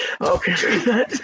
Okay